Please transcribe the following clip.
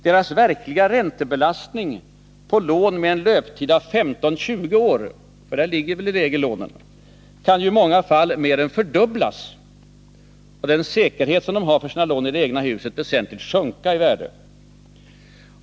Deras verkliga räntebelastning för lån med en löptid på 15-20 år, som det i regel är fråga om, kan i många fall mer än fördubblas och den säkerhet som de har för sina lån i det egna huset väsentligt sjunka i värde.